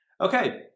Okay